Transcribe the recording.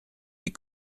les